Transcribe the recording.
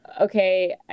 okay